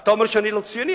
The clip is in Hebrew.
אתה אומר שאני לא ציוני?